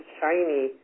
shiny